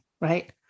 right